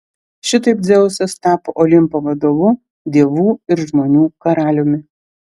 šitaip dzeusas tapo olimpo valdovu dievų ir žmonių karaliumi